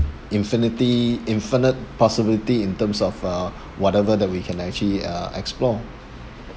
infinity infinite possibility in terms of uh whatever that we can actually uh explore